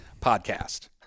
podcast